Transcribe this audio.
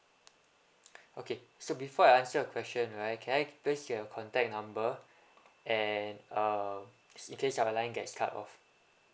okay so before I answer your question right can I please get your contact number and uh s~ in case our line gets cut off